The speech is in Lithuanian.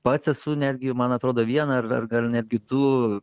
pats esu netgi man atrodo vieną ar ar ar netgi du